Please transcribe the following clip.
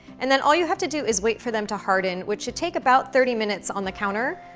and then all you have to do is wait for them to harden, which should take about thirty minutes on the counter,